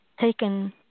taken